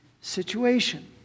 situation